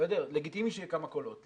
לגיטימי שיהיו כמה קולות,